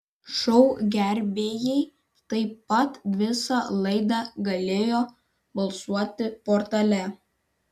šou gerbėjai taip pat visą laidą galėjo balsuoti portale